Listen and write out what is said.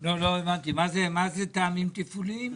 לא הבנתי, מה זה טעמים תפעוליים?